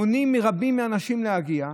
מונעים מרבים מהאנשים להגיע,